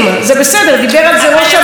דיבר על זה ראש הממשלה בדבריו,